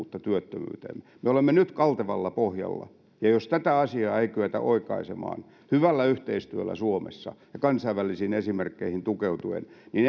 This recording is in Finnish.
vaikuttavuutta työttömyyteen me olemme nyt kaltevalla pohjalla ja jos tätä asiaa ei kyetä oikaisemaan hyvällä yhteistyöllä suomessa ja kansainvälisiin esimerkkeihin tukeutuen niin